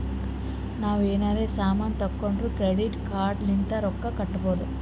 ನಾವ್ ಎನಾರೇ ಸಾಮಾನ್ ತೊಂಡುರ್ ಕ್ರೆಡಿಟ್ ಕಾರ್ಡ್ ಲಿಂತ್ ರೊಕ್ಕಾ ಕಟ್ಟಬೋದ್